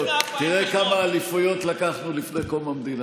בין תקציב הפועל תל אביב היום ללפני 48'. תראה כמה אליפויות לקחנו לפני קום המדינה,